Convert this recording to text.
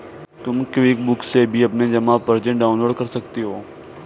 तुम क्विकबुक से भी अपनी जमा पर्ची डाउनलोड कर सकती हो